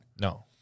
No